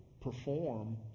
perform